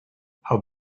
how